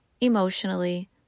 emotionally